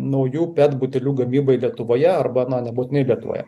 naujų pet butelių gamybai lietuvoje arba na nebūtinai lietuvoje